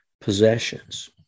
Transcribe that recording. possessions